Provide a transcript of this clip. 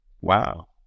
wow